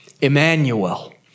Emmanuel